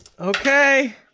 Okay